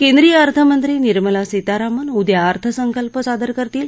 केंद्रीय अर्थमंत्री निर्मला सीतारामन उदया अर्थसंकल्प सादर करतील